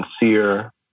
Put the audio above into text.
sincere